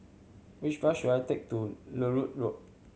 which bus should I take to Larut Road